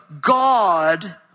God